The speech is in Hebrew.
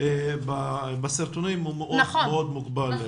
בסרטונים הוא מאוד מוגבל.